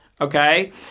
okay